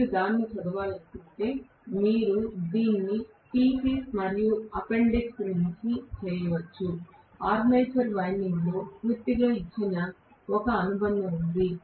మీరు దీన్ని చదవాలనుకుంటే మీరు దీన్ని PCs మరియు అపెండిక్స్ నుండి చేయవచ్చు ఆర్మేచర్ వైండింగ్లో పూర్తిగా ఇచ్చిన ఒక అనుబంధం ఉంది